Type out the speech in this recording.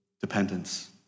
dependence